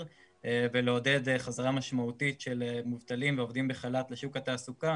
ולעודד חזרה משמעותית של מובטלים ועובדים בחל"ת לשוק התעסוקה